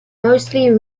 mostly